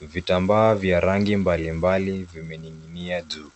Vitambaa vya rangi mbali mbali vimening'inia juu.